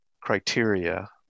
criteria